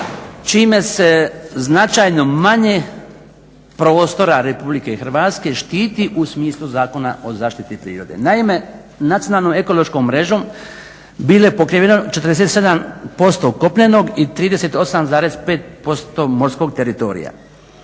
čime se značajno manje prostora RH štiti u smislu Zakona o zaštiti prirode. Naime, nacionalnom ekološkom mrežom bilo je pokriveno 47% kopnenog i 38,5% morskog teritorija.